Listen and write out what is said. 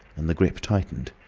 and the grip tightened.